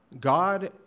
God